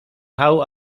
how